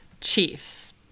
Chiefs